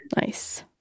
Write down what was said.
Nice